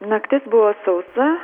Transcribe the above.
naktis buvo sausa